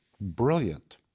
Brilliant